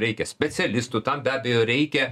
reikia specialistų tam be abejo reikia